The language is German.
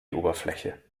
oberfläche